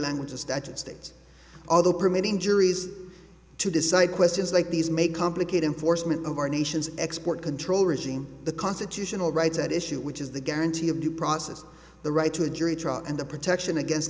language is that it states although permitting juries to decide questions like these may complicate enforcement of our nation's export control regime the constitutional rights at issue which is the guarantee of due process the right to a jury trial and the protection against